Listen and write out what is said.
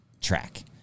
track